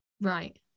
Right